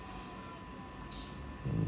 mm